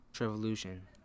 Revolution